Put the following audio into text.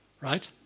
Right